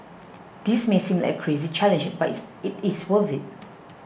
this may seem like a crazy challenge but it's it is worth it